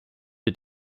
der